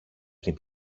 πριν